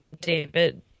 David